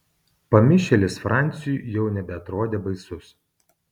pamišėlis franciui jau nebeatrodė baisus